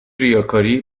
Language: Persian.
ریاکاری